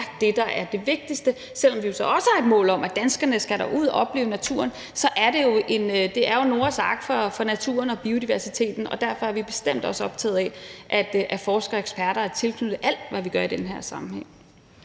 det, der er det vigtigste. Selv om vi så også har et mål om, at danskerne skal derud og opleve naturen, er det jo Noas ark for naturen og biodiversiteten, og derfor er vi bestemt også optaget af, at forskere og eksperter er tilknyttet alt, hvad vi gør i den her sammenhæng.